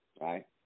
Right